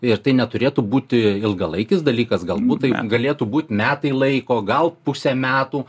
ir tai neturėtų būti ilgalaikis dalykas galbūt tai galėtų būt metai laiko gal pusę metų